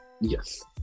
Yes